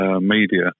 media